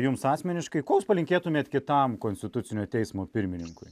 jums asmeniškai ko palinkėtumėt kitam konstitucinio teismo pirmininkui